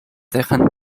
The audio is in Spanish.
dejan